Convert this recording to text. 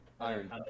iron